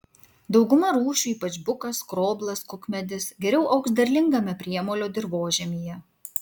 dauguma rūšių ypač bukas skroblas kukmedis geriau augs derlingame priemolio dirvožemyje